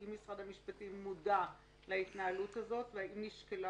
האם משרד המשפטים מודע להתנהלות הזאת והאם נשקלה